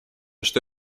что